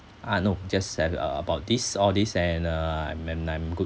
ah no just a~ about this all this and uh I'm and I'm good